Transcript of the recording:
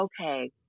okay